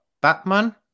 Batman